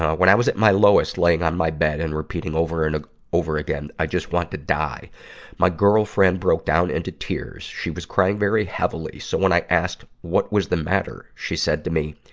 when i was at my lowest, laying on my bed and repeating over and ah over again, i just want to die my girlfriend broke down into tears. she was crying very heavily. so when i asked what was the matter, she said to me,